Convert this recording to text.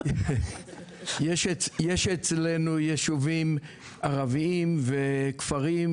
יש אצלנו יישובים ערביים ויהודיים, כפרים